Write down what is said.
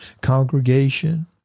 congregation